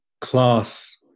class